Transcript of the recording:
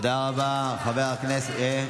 כל הכבוד בועז.